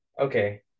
okay